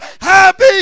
happy